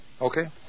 Okay